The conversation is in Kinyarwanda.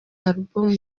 album